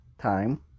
time